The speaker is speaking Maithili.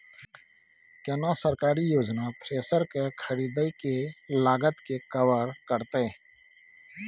केना सरकारी योजना थ्रेसर के खरीदय के लागत के कवर करतय?